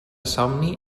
somni